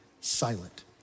silent